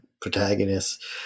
protagonists